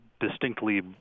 distinctly